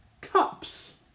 cups